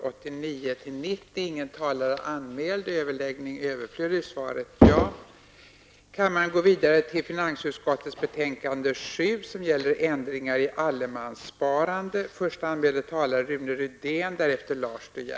Kan jag få ett svar på hur detta skall ske tekniskt?